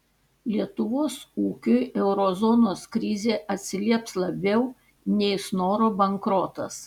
lietuvos ūkiui euro zonos krizė atsilieps labiau nei snoro bankrotas